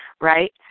Right